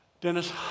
Dennis